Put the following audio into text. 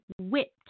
whipped